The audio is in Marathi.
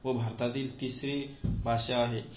व भारतातील तिसरी भाषा आहे